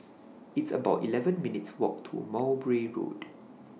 It's about eleven minutes' Walk to Mowbray Road